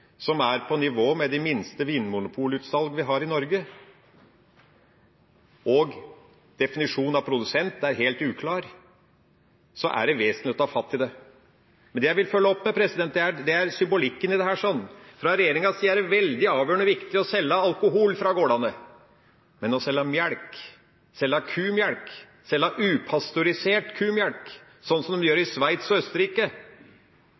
et kvantum på inntil 20 000 liter, som er på nivå med de minste vinmonopolutsalg vi har i Norge, og definisjonen av produsent er helt uklar, er det vesentlig å ta fatt i det. Men det jeg vil følge opp med, er symbolikken i dette. Fra regjeringas side er det avgjørende viktig å selge alkohol fra gårdene, men å selge melk, selge kumelk, selge upasteurisert kumelk, sånn som de gjør